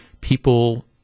people